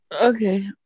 Okay